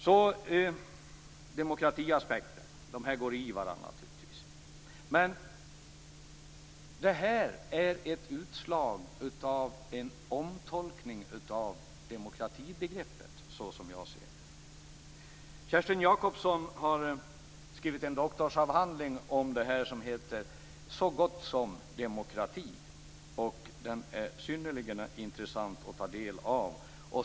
Så går jag över till demokratiaspekten. Aspekterna går naturligtvis i varandra. Förslaget är ett utslag av en omtolkning av demokratibegreppet, som jag ser det. Kerstin Jacobsson har skrivit en doktorsavhandling om detta som heter Så gott som demokrati. Den är synnerligen intressant att ta del av.